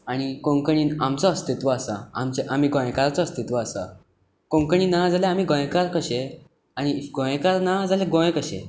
आनी कोंकणीन आमचो अस्तित्व आसा आमी गोंयकारांचो अस्तित्व आसा कोंकणी ना जाल्यार आमी गोंयकार कशें आनी इफ गोंयकार ना जाल्यार गोंय कशें